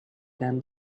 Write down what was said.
than